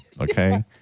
okay